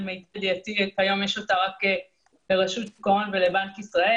לדעתי כיום יש אותה רק לרשות שוק ההון ולבנק ישראל.